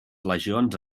legions